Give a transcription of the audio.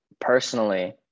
Personally